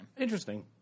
Interesting